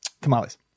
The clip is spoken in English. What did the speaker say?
Tamales